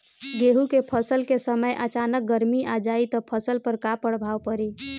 गेहुँ के फसल के समय अचानक गर्मी आ जाई त फसल पर का प्रभाव पड़ी?